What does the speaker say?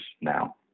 now